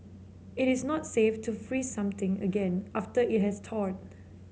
it is not safe to freeze something again after it has thawed